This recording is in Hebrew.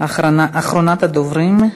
אחרונת הדוברים.